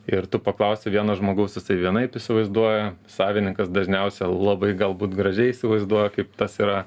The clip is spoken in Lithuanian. ir tu paklausi vieno žmogaus jisai vienaip įsivaizduoja savininkas dažniausia labai galbūt gražiai įsivaizduoja kaip tas yra